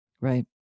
Right